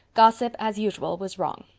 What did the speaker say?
gossip, as usual, was wrong.